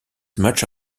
much